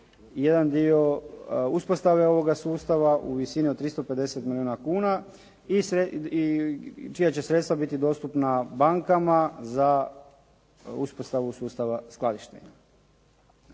jedan dio uspostave ovoga sustava u visini od 350 milijuna kuna i čija će sredstva biti dostupna bankama za uspostavu sustava skladištenja.